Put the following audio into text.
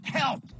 help